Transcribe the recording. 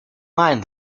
mind